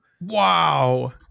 Wow